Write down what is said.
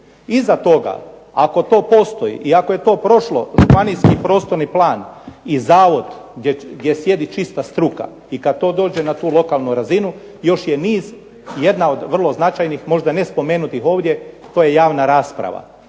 Iza toga ako to postoji i ako je to prošlo županijski prostorni plan i zavod gdje sjedi čista struka i kada to dođe na lokalnu razinu još je niz jedna od vrlo značajnih možda ne spomenutih ovdje to je javna rasprava,